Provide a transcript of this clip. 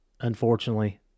Unfortunately